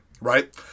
Right